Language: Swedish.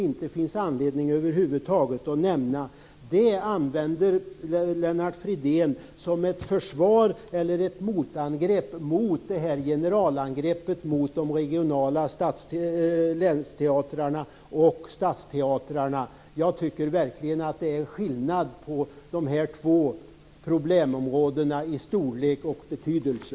Det finns över huvud taget ingen anledning att nämna det här. Detta använder Lennart Fridén som ett försvar eller ett motangrepp när det gäller det här generalangreppet mot de regionala länsteatrarna och stadsteatrarna. Jag tycker verkligen att det är skillnad mellan de här två problemområdena i storlek och betydelse.